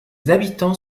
habitants